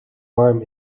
warm